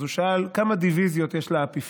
אז הוא שאל: כמה דיוויזיות יש לאפיפיור?